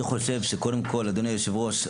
אדוני היושב-ראש,